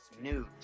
news